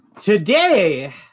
Today